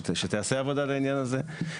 שתיעשה עבודה על העניין הזה.